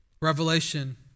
Revelation